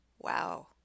Wow